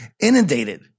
inundated